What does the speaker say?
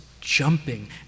jumping